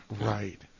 Right